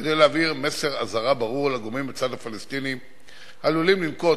כדי להעביר מסר אזהרה ברור לגורמים בצד הפלסטיני העלולים לנקוט,